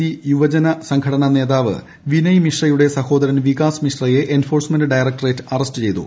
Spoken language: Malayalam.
സി യുവജന സംഘടനാ നേതാവ് വിനയ് മിശ്രയുടെ സഹോദരൻ വികാസ് മിശ്രയെ എൻഫോഴ്സ്മെന്റ് ഡയറക്ടറേറ്റ് അറസ്റ്റ് ചെയ്തു